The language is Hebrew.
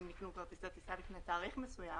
רק למקרים בהם נקנו כרטיסי טיסה לפני תאריך מסוים.